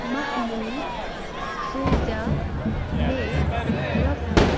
مہنوٗر سوزیا مے رۄپیہِ؟